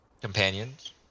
companions